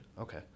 okay